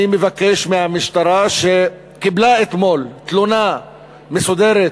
אני מבקש מהמשטרה, שקיבלה אתמול תלונה מסודרת